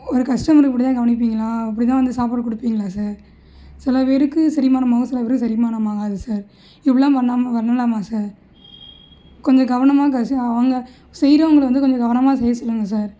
ஒரு கஸ்டமரை இப்படி தான் கவனிப்பீங்களா இப்படி தான் வந்து சாப்பாடு கொடுப்பீங்களா சார் சில பேருக்கு செரிமானம் ஆகும் சில பேருக்கு செரிமானம் ஆகாது சார் இப்படிலாம் பண்ணாமா பண்ணலாமா சார் கொஞ்சம் கவனமாக கஸ்ட அவங்க செய்றவங்களை வந்து கொஞ்சம் கவனமாக செய்ய சொல்லுங்கள் சார்